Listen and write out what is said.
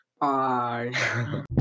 Bye